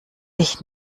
ich